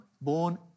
born